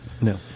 No